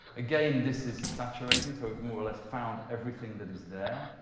again, this is saturating, so we've more or less found everything that is there.